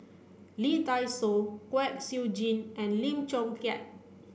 Lee Dai Soh Kwek Siew Jin and Lim Chong Keat